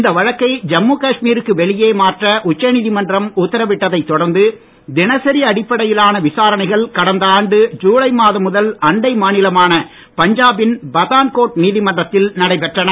இந்த வழக்கை ஜம்மு காஷ்மீருக்கு வெளியே மாற்ற உச்ச நீதிமன்றம் உத்தரவிட்டதைத் தொடர்ந்து தினசரி அடிப்படையிலான விசாரணைகள் கடந்த ஆண்டு ஜுலை மாதம் முதல் அண்டை மாநிலமான பஞ்சா பின் பத்தான்கோட் நீதிமன்றத்தில் நடைபெற்றன